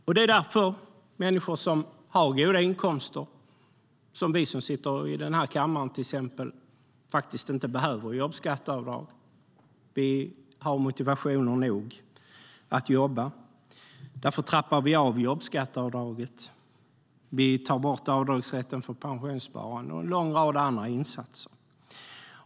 Eftersom människor som har goda inkomster, till exempel vi som sitter i den här kammaren, faktiskt inte behöver jobbskatteavdrag - vi har motivation nog att jobba - trappas jobbskatteavdraget av. Avdragsrätten för pensionssparande och en lång rad andra insatser tas bort.